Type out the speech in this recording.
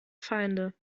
feinde